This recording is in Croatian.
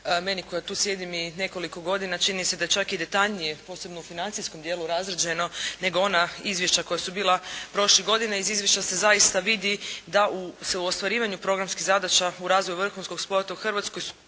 Meni koja tu sjedim i nekoliko godina čini se da je čak i detaljnije posebno u financijskom dijelu razrađeno nego ona izvješća koja su bila prošlih godina. Iz izvješća se zaista vidi da se u ostvarivanju programskih zadaća u razvoju vrhunskog sporta u Hrvatskoj,